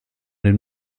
den